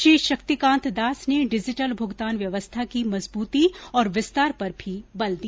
श्री शक्तिकांत दास ने डिजिटल भुगतान व्यवस्था की मजबूती और विस्तार पर भी बल दिया